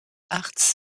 arts